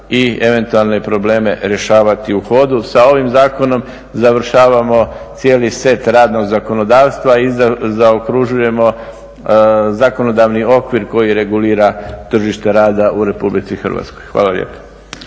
i eventualne probleme rješavati u hodu. Sa ovim zakonom završavamo cijeli set radnog zakonodavstva i zaokružujemo zakonodavni okvir koji regulira tržište rada u Republici Hrvatskoj. Hvala lijepo.